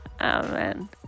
amen